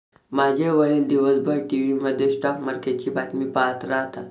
माझे वडील दिवसभर टीव्ही मध्ये स्टॉक मार्केटची बातमी पाहत राहतात